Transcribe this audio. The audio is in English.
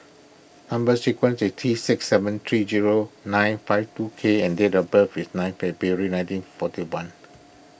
Number Sequence is T six seven three zero nine five two K and date of birth is ninth February nineteen forty one